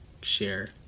share